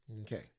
Okay